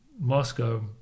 Moscow